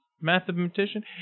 Mathematician